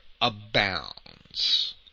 abounds